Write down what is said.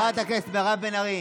חברת הכנסת מירב בן ארי,